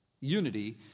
Unity